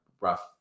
rough